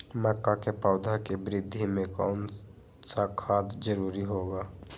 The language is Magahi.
मक्का के पौधा के वृद्धि में कौन सा खाद जरूरी होगा?